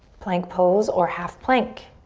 plank pose or half plank.